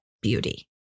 beauty